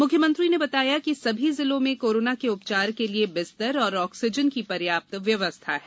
मुख्यमंत्री ने बताया कि सभी जिलों में कोरोना के उपचार के लिए बिस्तर एवं ऑक्सीजन की पर्याप्त व्यवस्था है